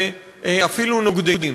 ואפילו נוגדים.